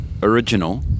original